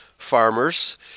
farmers